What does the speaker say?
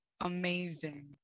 amazing